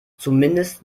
zumindest